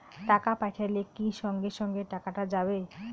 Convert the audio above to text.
টাকা পাঠাইলে কি সঙ্গে সঙ্গে টাকাটা যাবে?